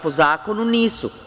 Po zakonu, nisu.